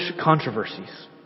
controversies